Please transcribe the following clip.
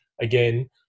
again